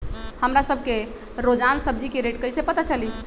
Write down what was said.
हमरा सब के रोजान सब्जी के रेट कईसे पता चली?